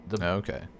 okay